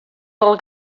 del